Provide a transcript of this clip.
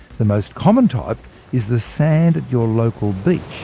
the most common type is the sand at your local beach,